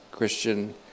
Christian